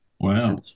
wow